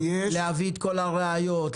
להביא את כל הראיות,